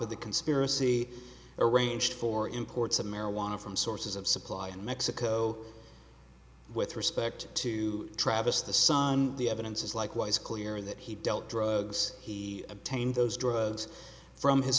of the conspiracy arranged for imports of marijuana from sources of supply in mexico with respect to travis the son the evidence is likewise clear that he dealt drugs he obtained those drugs from his